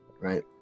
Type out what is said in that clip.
Right